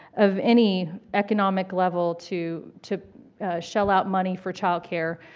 of any economic level to to shell out money for child care.